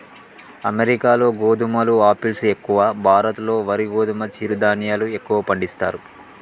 అమెరికాలో గోధుమలు ఆపిల్స్ ఎక్కువ, భారత్ లో వరి గోధుమ చిరు ధాన్యాలు ఎక్కువ పండిస్తారు